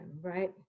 right